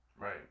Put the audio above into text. right